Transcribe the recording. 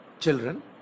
children